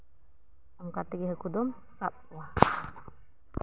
ᱚᱱᱠᱟ ᱛᱮᱜᱮ ᱦᱟᱹᱠᱩ ᱫᱚᱢ ᱥᱟᱵ ᱠᱚᱣᱟ